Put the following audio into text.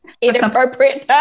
inappropriate